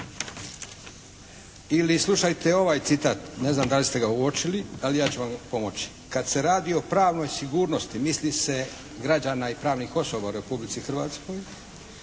Ili slušajte ovaj citat, ne znam da li ste ga uočili ali ja ću vam pomoći, kad se radi o pravnoj sigurnosti, misli se građana i pravnih osoba u Republici Hrvatskoj